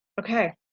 Okay